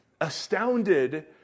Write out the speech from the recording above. astounded